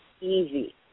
easy